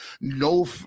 no